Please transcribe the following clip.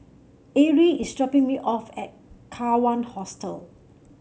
Arrie is dropping me off at Kawan Hostel